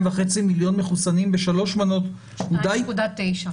וחצי מיליון מחוסנים בשלוש מנות הוא די --- 2.9.